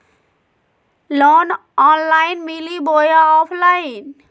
Loan online मिली बोया offline?